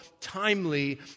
timely